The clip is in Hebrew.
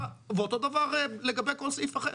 ואותו דבר לגבי כל סעיף אחר.